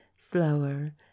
slower